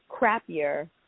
crappier